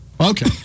Okay